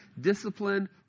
discipline